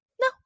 no